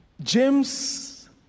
James